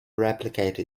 replicate